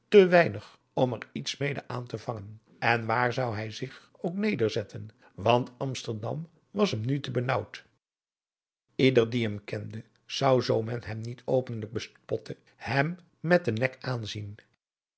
te weinig om er iets mede aan te vangen en waar zou hij zich ook nederzetten want amsterdam was hem nu te benaauwd ieder die hem kende zou zoo men hem niet openlijk bespotte hem met den nek aanzien